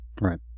Right